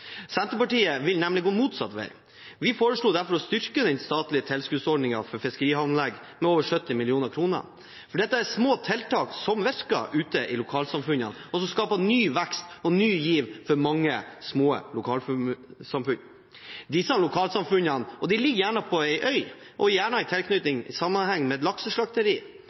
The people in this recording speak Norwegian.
Senterpartiet vil nemlig gå motsatt vei. Vi foreslo derfor å styrke den statlige tilskuddsordningen for fiskerianlegg med over 70 mill. kr. Dette er små tiltak som virker ute i lokalsamfunnene, og som skaper ny vekst og ny giv for mange små lokalsamfunn. Disse lokalsamfunnene – de ligger gjerne på ei øy og gjerne i sammenheng med et lakseslakteri